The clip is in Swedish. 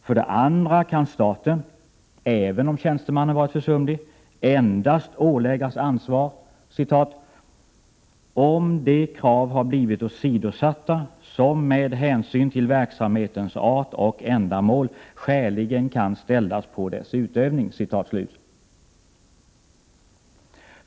För det andra kan staten — även om tjänstemannen varit försumlig — åläggas ansvar ”endast om de krav har blivit åsidosatta som med hänsyn till verksamhetens art och ändamål skäligen kan ställas på dess utövning”.